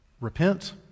repent